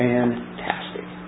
Fantastic